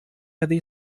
هذه